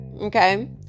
okay